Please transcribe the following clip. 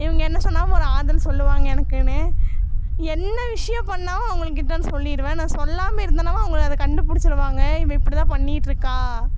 இவங்க என்ன சொன்னாவும் ஒரு ஆறுதல் சொல்லுவாங்க எனக்குன்னு என்ன விஷயோம் பண்ணாவும் அவங்களுக்கிட்ட வந்து சொல்லிடுவேன் நான் சொல்லாமல் இருந்தேன்னாவும் அவங்க அதை கண்டுபுடிச்சிடுவாங்க இவள் இப்படிதான் பண்ணிட்டுருக்கா